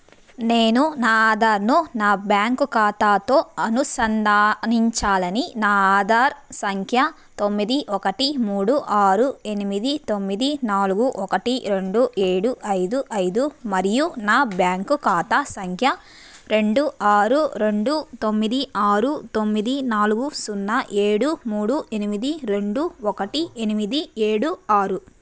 నేను నా ఆధార్ను నా బ్యాంకు ఖాతాతో అనుసంధానించాలని నా ఆధార్ సంఖ్య తొమ్మిది ఒకటి మూడు ఆరు ఎనిమిది తొమ్మిది నాలుగు ఒకటి రెండు ఏడు ఐదు ఐదు మరియు నా బ్యాంకు ఖాతా సంఖ్య రెండు ఆరు రెండు తొమ్మిది ఆరు తొమ్మిది నాలుగు సున్నా ఏడు మూడు ఎనిమిది రెండు ఒకటి ఎనిమిది ఏడు ఆరు